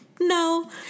no